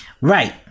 Right